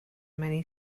many